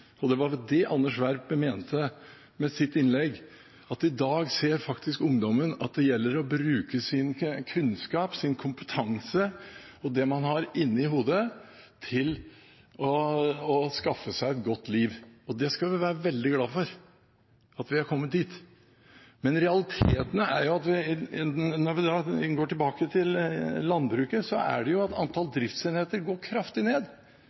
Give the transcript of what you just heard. Og det var det representanten Anders Werp mente i sitt innlegg, at i dag ser faktisk ungdommen at det gjelder å bruke sin kunnskap, sin kompetanse og det man har inne i hodet, til å skaffe seg et godt liv. Og vi skal være veldig glad for at vi er kommet dit, men realiteten er jo at – når vi går tilbake til landbruket – antall driftsenheter går kraftig ned. De går ned